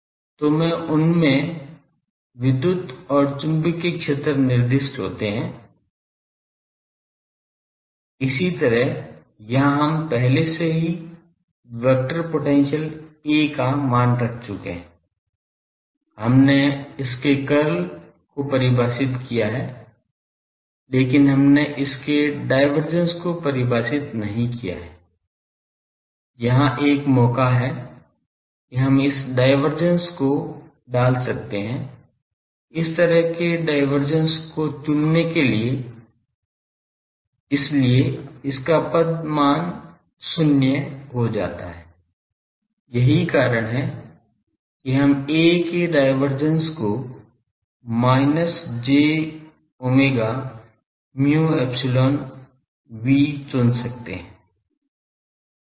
तो उनमें विद्युत और चुंबकीय क्षेत्र निर्दिष्ट होते हैं इसी तरह यहां हम पहले से ही वेक्टर पोटेंशियल A का मान रख चुके हैं हमने इसके कर्ल को परिभाषित किया है लेकिन हमने इसके डायवर्जेंस को परिभाषित नहीं किया है यहां एक मौका है कि हम इस डाइवर्जंस को डाल सकते हैं इस तरह के डायवर्जेंस को चुनने के लिए इसलिए इसका पद मान शून्य हो जाता है यही कारण है कि हम A के डायवर्जेंस को minus j omega mu epsilon V चुन सकते हैं